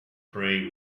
prey